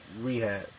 Rehab